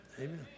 Amen